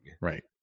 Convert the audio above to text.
Right